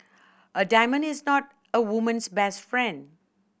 a diamond is not a woman's best friend